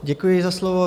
Děkuji za slovo.